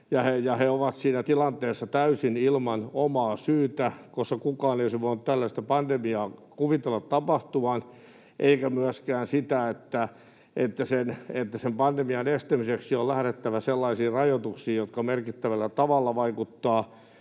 he ovat siinä tilanteessa täysin ilman omaa syytään, koska kukaan ei olisi voinut tällaista pandemiaa kuvitella tapahtuvan eikä myöskään sitä, että sen pandemian estämiseksi on lähdettävä sellaisiin rajoituksiin, jotka merkittävällä tavalla vaikuttavat